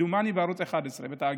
כמדומני, ראיתי את זה בערוץ 11, בתאגיד.